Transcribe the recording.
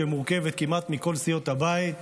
שמורכבת כמעט מכל סיעות הבית,